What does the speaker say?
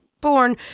born